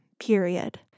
period